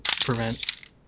prevent